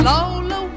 Lola